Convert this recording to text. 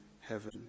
heaven